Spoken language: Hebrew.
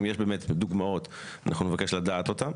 אם יש באמת דוגמאות אנחנו נבקש לדעת אותן.